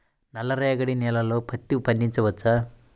నల్ల రేగడి నేలలో పత్తి పండించవచ్చా?